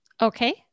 Okay